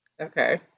Okay